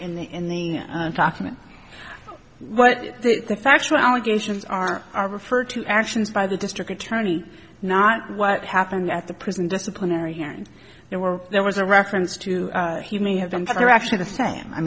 and then in the document what the factual allegations are are referred to actions by the district attorney not what happened at the prison disciplinary hearing there were there was a reference to he may have been there actually the s